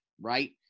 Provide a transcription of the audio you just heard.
right